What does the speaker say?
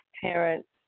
parents